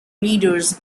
leaders